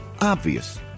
Obvious